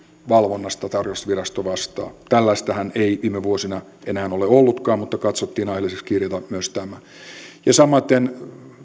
valvonnasta tarkastusvirasto vastaa tällaistahan ei viime vuosina enää ole ollutkaan mutta katsottiin aiheelliseksi kirjata myös tämä samaten